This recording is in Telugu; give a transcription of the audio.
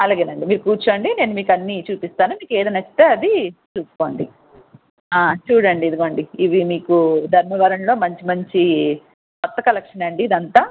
అలాగేనండి మీరు కూర్చోండి నేను మీకు అన్నీ చూపిస్తాను మీకు ఏది నచ్చితే అది చూస్కోండి ఆ చూడండి ఇదిగొండి ఇవి మీకు ధర్మవరంలో మంచి మంచి కొత్త కలెక్షన్ అండీ ఇదంతా